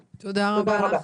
בסדר.